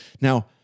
Now